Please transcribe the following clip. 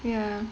ya